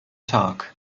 tag